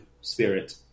spirit